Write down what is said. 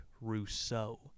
Rousseau